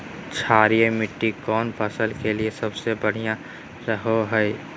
क्षारीय मिट्टी कौन फसल के लिए सबसे बढ़िया रहो हय?